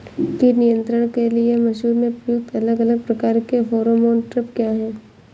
कीट नियंत्रण के लिए मसूर में प्रयुक्त अलग अलग प्रकार के फेरोमोन ट्रैप क्या है?